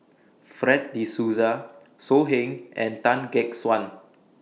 Fred De Souza So Heng and Tan Gek Suan